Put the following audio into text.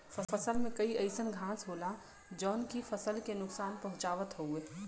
फसल में कई अइसन घास होला जौन की फसल के नुकसान पहुँचावत हउवे